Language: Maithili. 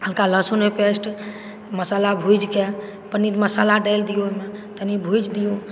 हल्का लहसुन आओर पेस्ट मसाला भुजि कऽ पनीर मसाला डालि दिऔ ओहिमे तनि भुजि दिऔ